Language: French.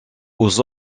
aux